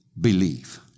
believe